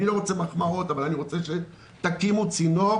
אני לא רוצה מחמאות אבל אני רוצה שתקימו צינור,